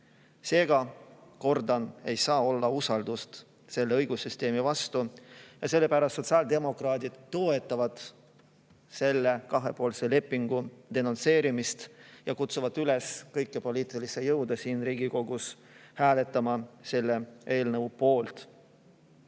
Seega, kordan: ei saa olla usaldust selle õigussüsteemi vastu. Sellepärast sotsiaaldemokraadid toetavad selle kahepoolse lepingu denonsseerimist ja kutsuvad üles kõiki poliitilisi jõude siin Riigikogus hääletama selle eelnõu poolt. Kuid